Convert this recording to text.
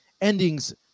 endings